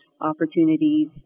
opportunities